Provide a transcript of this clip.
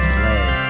play